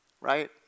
right